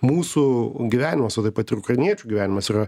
mūsų gyvenimas o taip pat ir ukrainiečių gyvenimas yra